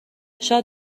شاید